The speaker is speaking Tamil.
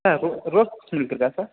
சார் ரோ ரோஸ் மில்க் இருக்கா சார்